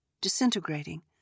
disintegrating